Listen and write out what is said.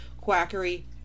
quackery